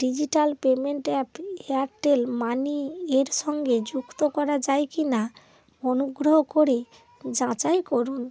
digital payment app Airtel money এর সঙ্গে যুক্ত করা যায় কি না অনুগ্রহ করে যাচাই করুন